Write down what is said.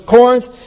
Corinth